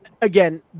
Again